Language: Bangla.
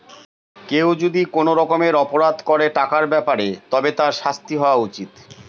কেউ যদি কোনো রকমের অপরাধ করে টাকার ব্যাপারে তবে তার শাস্তি হওয়া উচিত